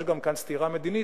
יש כאן גם סתירה מדינית,